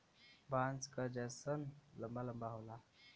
बाँस क जैसन लंबा लम्बा होला